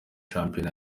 shampiyona